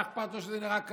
מה אכפת לו שזה נראה כך?